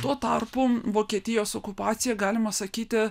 tuo tarpu vokietijos okupacija galima sakyti